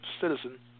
citizen